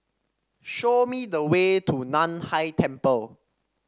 show me the way to Nan Hai Temple